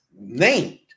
named